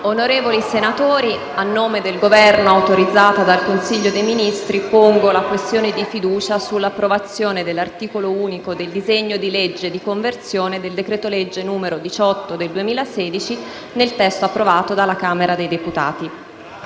onorevoli senatori, a nome del Governo, autorizzata dal Consiglio dei ministri, pongo la questione di fiducia sull'approvazione dell'articolo unico del disegno di legge n. 2298, di conversione del decreto-legge 14 febbraio 2016, n. 18, nel testo approvato dalla Camera dei deputati.